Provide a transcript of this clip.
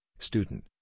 student